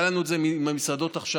היה לנו את זה עם המסעדות עכשיו,